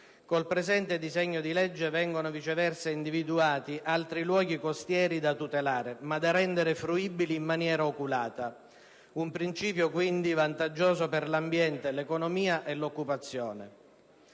Col presente disegno di legge vengono, viceversa, individuati altri luoghi costieri da tutelare, ma da rendere fruibili in maniera oculata. Un principio, quindi, vantaggioso per l'ambiente, l'economia e l'occupazione.